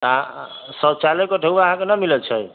शौचालय के ढौआ अहाँकेॅं न मिलल छै